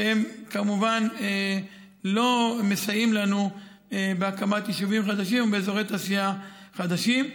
שהם כמובן לא מסייעים לנו בהקמת יישובים חדשים ואזורי תעשייה חדשים.